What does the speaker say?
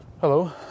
Hello